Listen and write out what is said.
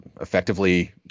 effectively